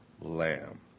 Lamb